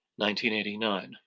1989